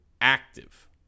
active